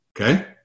Okay